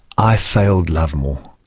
i failed lovemore,